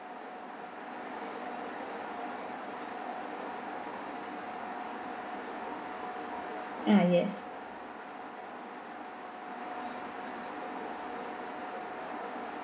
ah yes